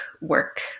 work